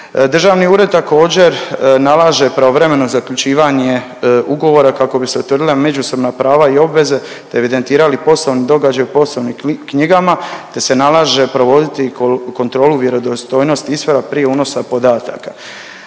Državni ured također nalaže pravovremeno zaključivanje ugovora kako bi se utvrdila međusobna prava i obveze, te evidentirali poslovni događaji u poslovnim knjigama, te se nalaže provoditi kontrolu vjerodostojnosti isprava prije unosa podataka.